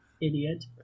idiot